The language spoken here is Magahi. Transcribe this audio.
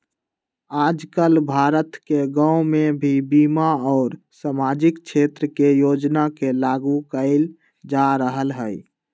आजकल भारत के गांव में भी बीमा और सामाजिक क्षेत्र के योजना के लागू कइल जा रहल हई